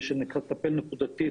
לגבי החשיבות של מתן למרותקי הבית.